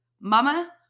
mama